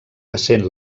essent